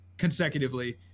consecutively